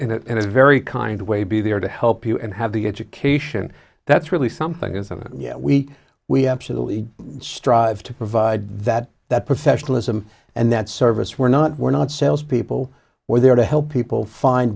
is very kind of way be there to help you and have the education that's really something isn't it yet we we absolutely strive to provide that that professionalism and that service we're not we're not salespeople we're there to help people find